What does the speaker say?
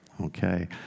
Okay